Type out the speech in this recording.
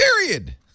Period